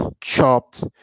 chopped